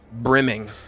brimming